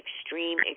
extreme